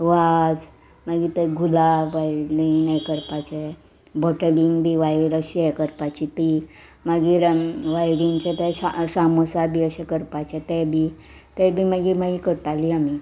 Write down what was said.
वाज मागीर ते गुलाब वायलीन हें करपाचें बोटलींग बी वायर अशी हें करपाची ती मागीर वायलींचे ते सामोसा बी अशे करपाचे ते बी ते बी मागीर मागीर करताली आमी